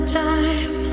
time